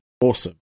awesome